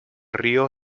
río